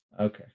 Okay